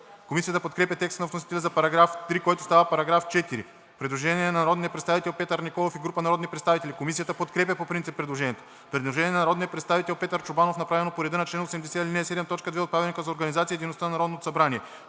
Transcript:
Комисията подкрепя текста на вносителя за § 3, който става § 4. Предложение на народния представител Петър Николов и група народни представители. Комисията подкрепя по принцип предложението. Предложение на народния представител Петър Чобанов, направено по реда на чл. 80, ал. 7, т. 2 от Правилника за организацията и дейността на Народното събрание.